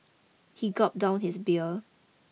he gulped down his beer